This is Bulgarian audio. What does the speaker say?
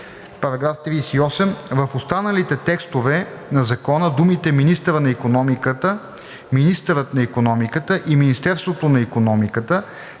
§ 38: „§ 38. В останалите текстове на закона думите „министъра на икономиката“, „Министърът на икономиката“ и „Министерството на икономиката“